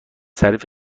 تعریف